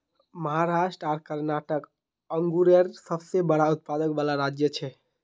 महाराष्ट्र आर कर्नाटक अन्गुरेर सबसे बड़ा उत्पादक वाला राज्य छे